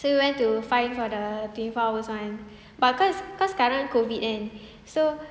so we went to find for the twenty four hours one but cause cause sekarang COVID kan so